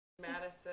Madison